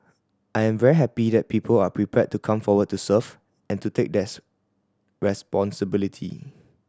I am very happy that people are prepared to come forward to serve and to take theirs responsibility